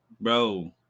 Bro